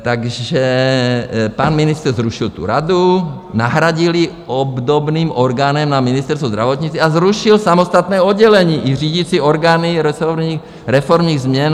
Takže pan ministr zrušil tu radu, nahradil ji obdobným orgánem na Ministerstvu zdravotnictví, a zrušil samostatné oddělení i řídící orgány reformních změn.